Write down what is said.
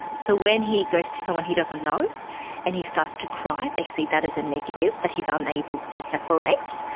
so when he goes to someone he doesn't know and he starts to cry, they see that as a negative, that he is unable to separate.